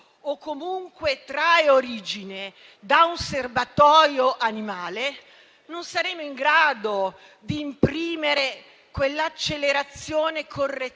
o comunque trae origine da un serbatoio animale, non saremo in grado di imprimere quell'accelerazione correttiva